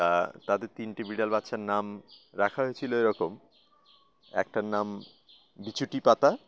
তা তাদের তিনটে বিড়াল বাচ্চার নাম রাখা হয়েছিল এরকম একটার নাম বিছুটি পাতা